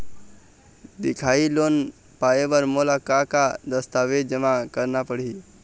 दिखाही लोन पाए बर मोला का का दस्तावेज जमा करना पड़ही?